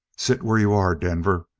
sit where you are, denver.